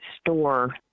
store